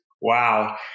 Wow